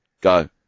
go